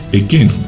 again